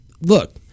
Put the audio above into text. Look